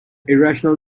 irrational